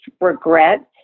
regret